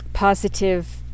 positive